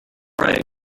riot